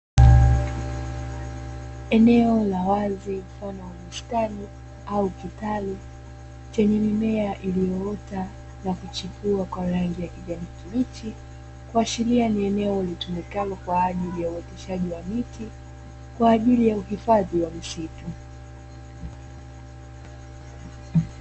Eneo la wazi mfano wa bustani au kitalu chenye mimea iliyoota na kuchipua kwa rangi ya kijani kibichi, kuashiria ni eneo litumikalo kwa ajili ya uoteshaji wa miti, kwa ajili ya uhifadhi wa misitu.